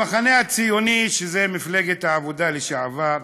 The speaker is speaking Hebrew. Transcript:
המחנה הציוני, שזה מפלגת העבודה לשעבר,